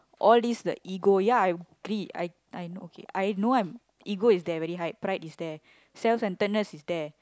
all this the ego ya I agree I I know okay I know I'm ego is there very high pride is there self-centrednes is there